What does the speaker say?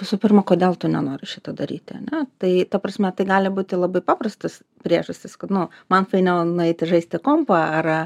visų pirma kodėl tu nenori šito daryti ane tai ta prasme tai gali būti labai paprastas priežastys kad nu man fainiau nueiti žaisti kompu ar